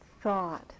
thought